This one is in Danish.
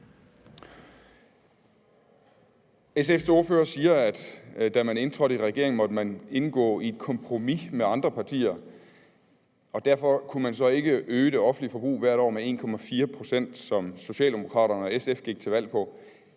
SF's ordfører siger, at man, da man indtrådte i regeringen, måtte indgå i et kompromis med andre partier, og derfor kunne man så ikke øge det offentlige forbrug hvert år med 1,4 pct., som Socialdemokraterne og SF gik til valg på.